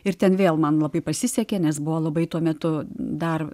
ir ten vėl man labai pasisekė nes buvo labai tuo metu dar